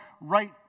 right